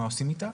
מה עושים איתה?